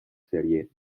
serie